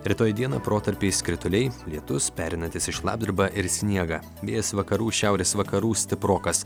rytoj dieną protarpiais krituliai lietus pereinantis į šlapdribą ir sniegą vėjas vakarų šiaurės vakarų stiprokas